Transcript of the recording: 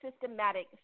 systematic